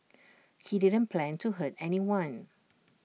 he didn't plan to hurt anyone